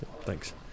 Thanks